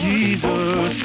Jesus